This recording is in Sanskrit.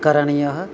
करणीयः